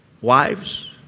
Wives